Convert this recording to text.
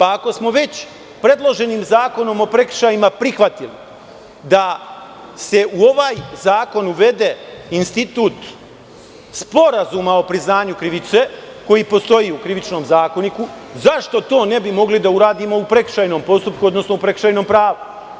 Ako smo već predloženim zakonom o prekršajima prihvatili da se u ovaj zakon uvede institut sporazuma o priznanju krivice, koji postoji u Krivičnom zakoniku, zašto to ne bi mogli da uradimo u prekršajnom postupku, odnosno u prekršajnom pravu?